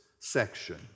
section